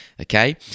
okay